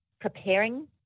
preparing